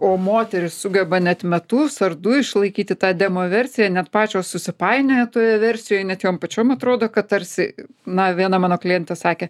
o moterys sugeba net metus ar du išlaikyti tą demoversija net pačios susipainioja toje versijoj net jam pačiam atrodo kad tarsi na viena mano klientas sakė